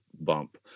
bump